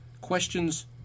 Questions